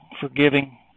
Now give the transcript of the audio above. forgiving